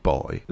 Poi